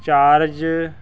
charge